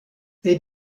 they